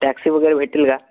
taxi वगैरे भेटेल का